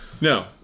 No